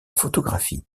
photographie